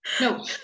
no